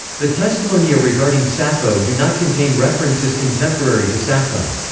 the testimonia regarding sappho do not contain references contemporary to sappho.